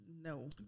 No